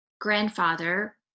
grandfather